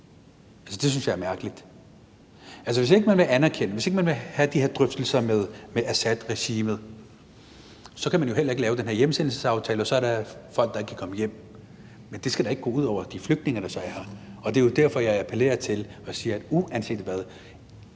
Det synes jeg er mærkeligt. Hvis ikke man vil anerkende, hvis ikke man vil have de her drøftelser med Assadregimet, kan man jo heller ikke lave den her hjemsendelsesaftale, og så er der folk, der ikke kan komme hjem, men det skal da ikke gå ud over de flygtninge, der så er her. Det er jo derfor, jeg appellerer til og siger, at uanset hvad,